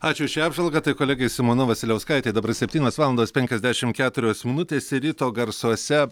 ačiū už šią apžvalgą tai kolegė simona vasiliauskaitė dabar septynios valandos penkiasdešim keturios minutės ir ryto garsuose